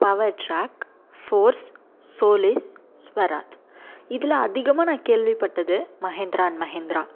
power track force சோலீஸ் ஸ்வராஜ் இதில் அதிகமாக நான் கேள்விப்பட்டது மஹேந்திரா அன் மஹேந்திரா